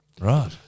Right